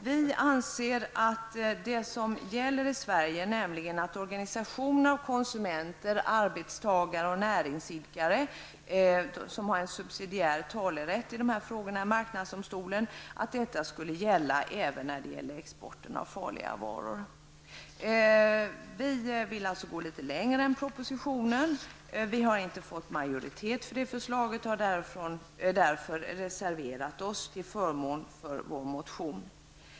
Vi anser att det som gäller i Sverige, nämligen att organisationer av konsumenter, arbetstagare eller näringsidkare har subsidiär talerätt i dessa frågor inför marknadsdomstolen, även skall gälla vid export av farliga varor. Vi vill alltså så litet längre än propositionen. Vi har inte fått majoritet för vårt förslag och har därför reserverat oss till förmån för vår motion.